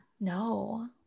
no